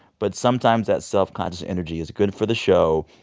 but sometimes that self-conscious energy is good for the show.